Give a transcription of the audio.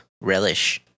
relish